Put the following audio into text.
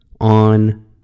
on